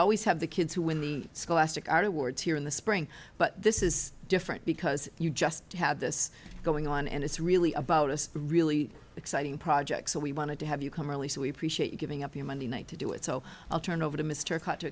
always have the kids who win the scholastic are towards here in the spring but this is different because you just have this going on and it's really about us really exciting projects so we wanted to have you come early so we appreciate you giving up your monday night to do it so i'll turn over to mr